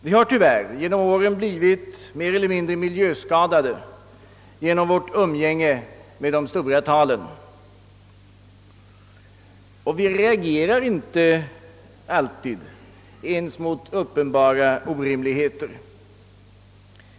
Vi har tyvärr genom åren blivit mer eller mindre miljöskadade genom vårt umgänge med de stora talen. Vi reagerar inte alltid ens mot uppenbara orimligheter.